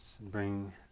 bring